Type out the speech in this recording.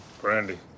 brandy